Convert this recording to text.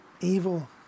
evil